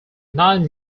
nine